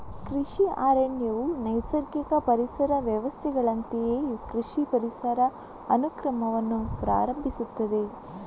ಕೃಷಿ ಅರಣ್ಯವು ನೈಸರ್ಗಿಕ ಪರಿಸರ ವ್ಯವಸ್ಥೆಗಳಂತೆಯೇ ಕೃಷಿ ಪರಿಸರ ಅನುಕ್ರಮವನ್ನು ಪ್ರಾರಂಭಿಸುತ್ತದೆ